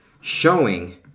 showing